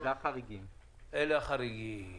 אלה החריגים.